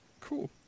Cool